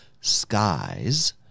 Skies